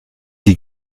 die